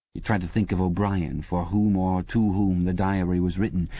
he tried to think of o'brien, for whom, or to whom, the diary was written,